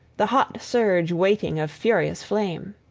the hot surge waiting of furious flame.